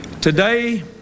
Today